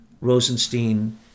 Rosenstein